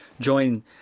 join